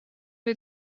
wir